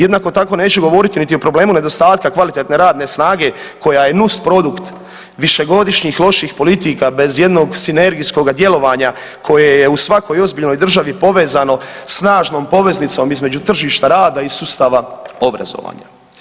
Jednako tako neću govoriti niti o problemu nedostatka kvalitetne radne snage koja je nus produkt višegodišnjih loših politika bez ijednog sinergijskoga djelovanja koje je u svakoj ozbiljnoj državi povezano snažnom poveznicom između tržišta rada i sustava obrazovanja.